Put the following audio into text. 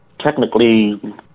technically